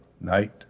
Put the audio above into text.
night